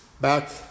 Back